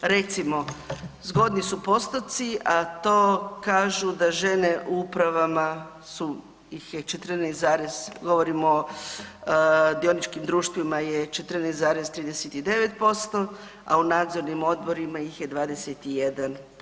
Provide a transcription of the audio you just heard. Recimo zgodni su postoci, a to kažu da žene u upravama su ih je 14 zarez govorimo dioničkim društvima je 14,39%, a u nadzornim odborima ih je 21%